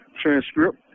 transcript